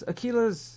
Aquila's